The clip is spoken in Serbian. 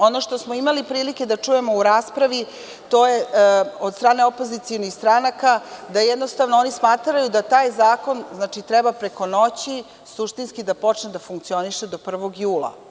Ono što smo imali prilike da čujemo u raspravi, to je, od strane opozicionih stranaka, da jednostavni oni smatraju da taj zakon treba preko noći suštinski da počne da funkcioniše do 1. jula.